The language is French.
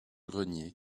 grenier